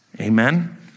Amen